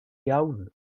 iawn